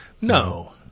no